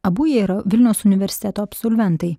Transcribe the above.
abu jie yra vilniaus universiteto absolventai